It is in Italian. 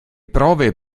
prove